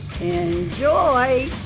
Enjoy